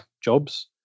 jobs